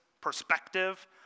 perspective